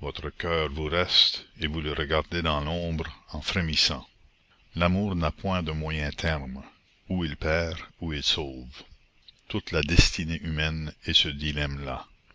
votre coeur vous reste et vous le regardez dans l'ombre en frémissant l'amour n'a point de moyen terme ou il perd ou il sauve toute la destinée humaine est ce dilemme là